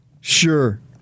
Sure